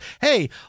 hey